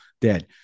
dead